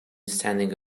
standing